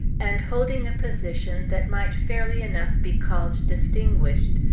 and holding a position that might fairly enough be called distinguished,